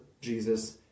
Jesus